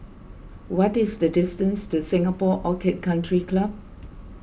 what is the distance to Singapore Orchid Country Club